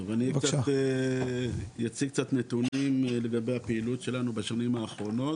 אני אציג קצת נתונים לגבי הפעילות שלנו בשנים האחרונות.